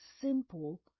simple